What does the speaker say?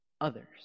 others